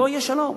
לא יהיה שלום.